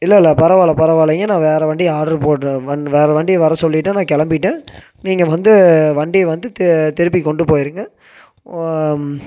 இல்லை இல்லை பரவாயில்லை பரவாயில்லைங்க நான் வேற வண்டி ஆட்ரு போட்டு வண்டி வேறு வண்டி வர சொல்லிவிட்டேன் நான் கிளம்பிட்டேன் நீங்கள் வந்து வண்டியை வந்து தி திருப்பி கொண்டு போயிருங்கள்